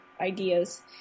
ideas